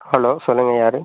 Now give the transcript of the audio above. hello சொல்லுங்கள் யார்